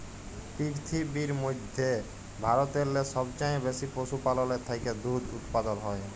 পিরথিবীর ম্যধে ভারতেল্লে সবচাঁয়ে বেশি পশুপাললের থ্যাকে দুহুদ উৎপাদল হ্যয়